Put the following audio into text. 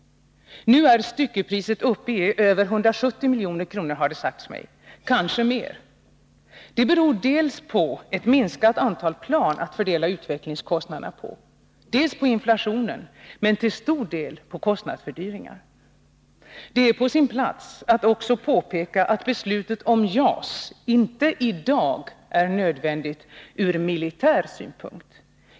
Nu är styckepriset uppe i över 170 milj.kr. — kanske mer, har det sagts mig. Det beror dels på ett minskat antal plan att fördela utvecklingskostnaderna på, dels på inflationen, men till stor del på kostnadsfördyringar. Det är på sin plats att också påpeka att beslutet om JAS inte i dag är nödvändigt ur militär synpunkt.